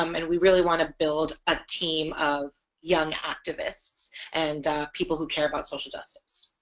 um and we really want to build a team of young activists and people who care about social justice.